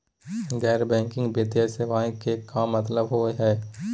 गैर बैंकिंग वित्तीय सेवाएं के का मतलब होई हे?